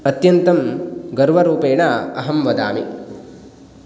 अत्यन्तं गर्वरूपेण अहं वदामि